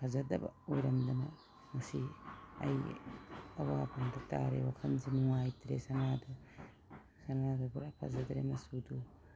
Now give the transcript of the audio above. ꯐꯖꯗꯕ ꯑꯣꯏꯔꯝꯗꯅ ꯉꯁꯤ ꯑꯩ ꯑꯋꯥꯐꯝꯗ ꯇꯥꯔꯦ ꯋꯥꯈꯜꯁꯦ ꯅꯨꯡꯉꯥꯏꯇ꯭ꯔꯦ ꯁꯅꯥꯗꯨ ꯄꯨꯔꯥ ꯐꯖꯗ꯭ꯔꯦ ꯃꯆꯨꯗꯨ